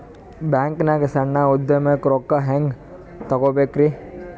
ಬ್ಯಾಂಕ್ನಾಗ ಸಣ್ಣ ಉದ್ಯಮಕ್ಕೆ ರೊಕ್ಕ ಹೆಂಗೆ ತಗೋಬೇಕ್ರಿ?